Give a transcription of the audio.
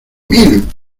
mil